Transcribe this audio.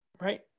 right